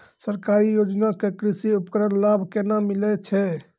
सरकारी योजना के कृषि उपकरण लाभ केना मिलै छै?